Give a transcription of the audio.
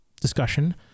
discussion